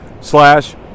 slash